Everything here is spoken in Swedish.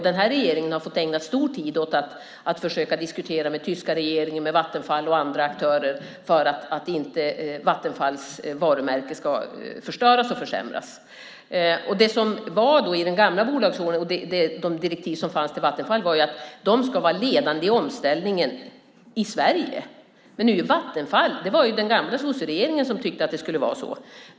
Den här regeringen har fått ägna mycket tid åt att försöka diskutera med den tyska regeringen, Vattenfall och andra aktörer för att inte Vattenfalls varumärke ska förstöras och försämras. De direktiv till Vattenfall som fanns i den gamla bolagsordningen var att de ska vara ledande i omställningen i Sverige. Det var den gamla sosseregeringen som tyckte att det skulle vara så.